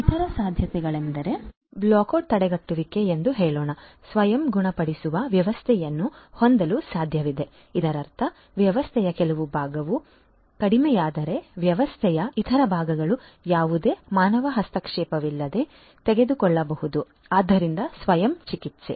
ಇತರ ಸಾಧ್ಯತೆಗಳೆಂದರೆ blackout ತಡೆಗಟ್ಟುವಿಕೆ ಎಂದು ಹೇಳೋಣ ಸ್ವಯಂ ಗುಣಪಡಿಸುವ ವ್ಯವಸ್ಥೆಯನ್ನು ಹೊಂದಲು ಸಾಧ್ಯವಿದೆ ಇದರರ್ಥ ವ್ಯವಸ್ಥೆಯ ಕೆಲವು ಭಾಗವು ಕಡಿಮೆಯಾದರೆ ವ್ಯವಸ್ಥೆಯ ಇತರ ಭಾಗಗಳು ಯಾವುದೇ ಮಾನವ ಹಸ್ತಕ್ಷೇಪವಿಲ್ಲದೆ ತೆಗೆದುಕೊಳ್ಳಬಹುದು ಆದ್ದರಿಂದ ಸ್ವಯಂ ಚಿಕಿತ್ಸೆ